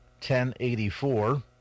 1084